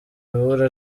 ibura